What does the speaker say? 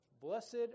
Blessed